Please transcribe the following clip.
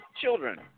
children